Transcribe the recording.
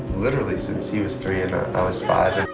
literally, since he was three and i was five.